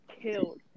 killed